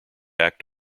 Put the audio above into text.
act